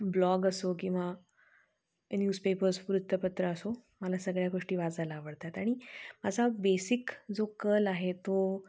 blog असो किंवा newspapers वृत्तपत्र असो मला सगळ्या गोष्टी वाचायला आवडतात आणि माझा बेसिक जो कल आहे तो